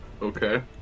Okay